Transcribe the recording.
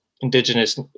indigenous